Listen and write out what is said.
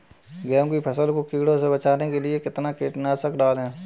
गेहूँ की फसल को कीड़ों से बचाने के लिए कितना कीटनाशक डालें?